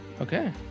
Okay